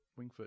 Wingfoot